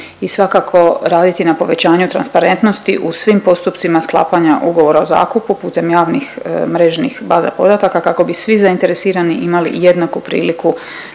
i svakako raditi na povećanju transparentnosti u svim postupcima sklapanja ugovora o zakupu putem javnih mrežnih baza podataka kako bi svi zainteresirani imali jednaku priliku